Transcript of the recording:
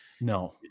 no